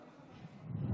בשנ"ץ.